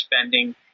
spending